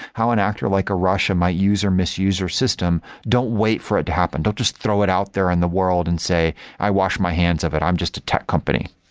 how an actor like a russia might use or misuse their system. don't wait for it to happen. don't just throw it out there in the world and say, i wash my hands of it. i'm just a tech company.